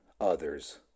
others